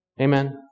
Amen